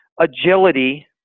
agility